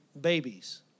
babies